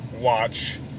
watch